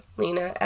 lena